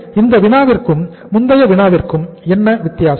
எனவே இந்த வினாவிற்கும் முந்தைய வினாவிற்கும் என்ன வித்தியாசம்